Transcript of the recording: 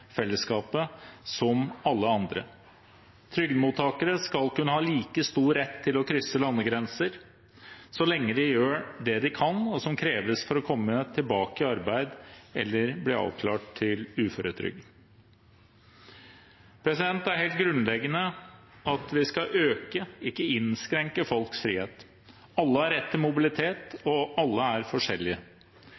fellesskapet som alle andre. Trygdemottakere skal kunne ha like stor rett til å krysse landegrenser så lenge de gjør det de kan og som kreves for å komme tilbake i arbeid eller bli avklart til uføretrygd. Det er helt grunnleggende at vi skal øke, ikke innskrenke folks frihet. Alle har rett til mobilitet,